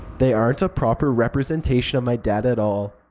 they aren't a proper representation of my dad at all.